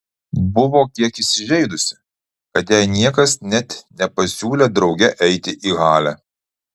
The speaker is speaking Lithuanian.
buvo kiek įsižeidusi kad jai niekas net nepasiūlė drauge eiti į halę